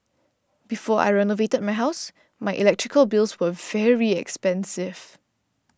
before I renovated my house my electrical bills were very expensive